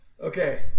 okay